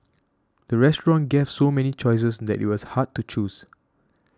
the restaurant gave so many choices that it was hard to choose